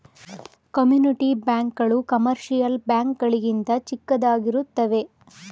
community bank ಗಳು commercial bank ಗಳಿಗಿಂತ ಚಿಕ್ಕದಾಗಿರುತ್ತವೆ